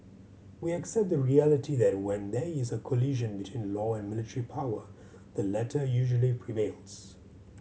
we accept the reality that when there is a collision between law and military power the latter usually prevails